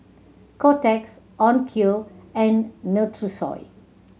Kotex Onkyo and Nutrisoy